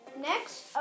Next